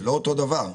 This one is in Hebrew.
זה לא אותו דבר.